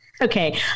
Okay